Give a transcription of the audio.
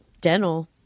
Dental